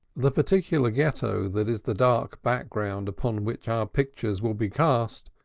the particular ghetto that is the dark background upon which our pictures will be cast,